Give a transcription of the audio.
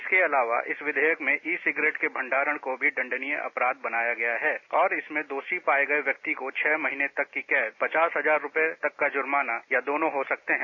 इसके अलावा इस विधेयक में ई सिगरेट के भंडारण को भी दंडनीय अपराध बनाया गया है और इसमें दोषी पाये गये व्यक्ति को छह महीने तक की कैद पचास हजार रूपये तक का जुर्माना या दोनों हो सकते हैं